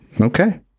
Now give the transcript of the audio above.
Okay